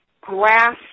grass